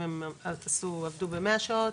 אם הם עבדו ב- 100 שעות,